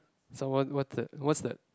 someone was the was the